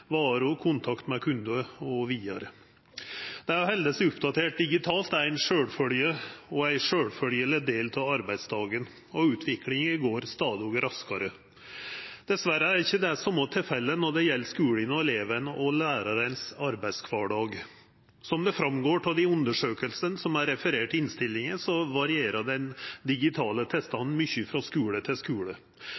oppdatert digitalt er ei sjølvfølgje og ein sjølvsagd del av arbeidsdagen, og utviklinga går stadig raskare. Dessverre er ikkje det same tilfellet når det gjeld skulen og arbeidskvardagen til elev og lærar. Som det framgår av dei undersøkingane som er refererte i innstillinga, varierer den digitale